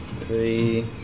Three